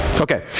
Okay